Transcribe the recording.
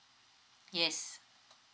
yes